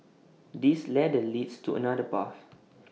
this ladder leads to another path